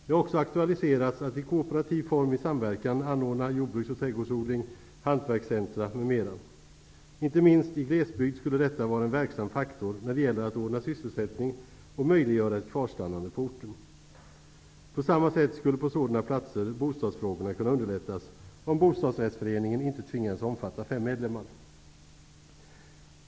Det har också aktualiserats att man i kooperativ form i samverkan anordnar jordbruks och trädgårdsodling, hantverkscentra m.m. Inte minst i glesbygd skulle detta vara en verksam faktor när det gäller att ordna sysselsättning och möjliggöra ett kvarstannande på orten. På samma sätt skulle bostadsfrågorna på sådana platser kunna underlättas om bostadsrättsföreningen inte tvingades omfatta fem medlemmar.